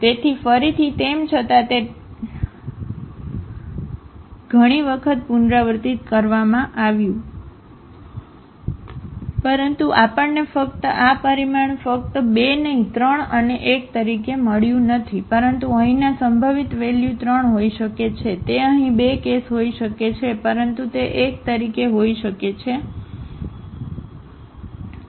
તેથી ફરીથી તેમ છતાં તે times વખત પુનરાવર્તિત કરવામાં આવ્યું પરંતુ આપણને ફક્ત આ પરિમાણ ફક્ત 2 નહીં 3 અને 1 તરીકે મળ્યું નથી પરંતુ અહીંના સંભવિત વેલ્યુ 3 હોઈ શકે છે તે અહીં 2 કેસ હોઈ શકે છે પરંતુ તે 1 તરીકે હોઈ શકે છે સારું